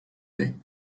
baies